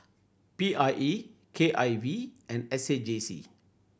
P I E K I V and S A J C